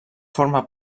forma